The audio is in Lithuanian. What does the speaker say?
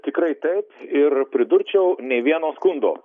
tikrai taip ir pridurčiau nei vieno skundo